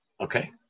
Okay